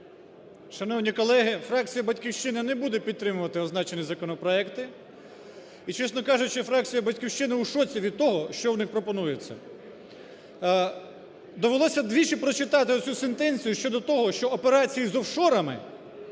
Шановні колеги! Фракція "Батьківщина" не буде підтримувати означені законопроекти. І, чесно кажучи, фракція "Батьківщина" у шоці від того, що пропонується. Довелося двічі прочитати оцю сентенцію щодо того, що операції з офшорами